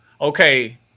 Okay